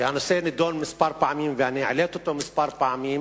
הנושא נדון כמה פעמים והעליתי אותו כמה פעמים,